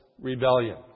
rebellion